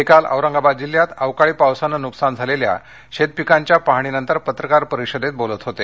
ते काल औरंगाबाद जिल्ह्यात अवकाळी पावसानं नुकसान झालेल्या शेत पिकांच्या पाहणीनंतर पत्रकार परिषदेत बोलत होते